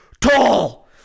Tall